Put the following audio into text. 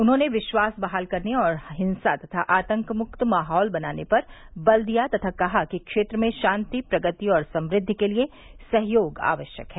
उन्होंने विश्वास बहाल करने और हिंसा तथा आतंक मुक्त माहौल बनाने पर बल दिया तथा कहा कि क्षेत्र में शांति प्रगति और समृद्वि के लिए सहयोग आवश्यक है